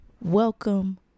Welcome